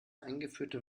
eingeführte